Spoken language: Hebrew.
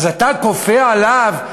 אז אתה כופה עליו,